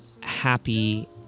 happy